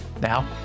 Now